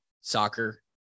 soccer